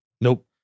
Nope